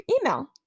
email